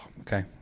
Okay